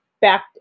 back